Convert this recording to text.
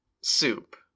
soup